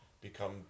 become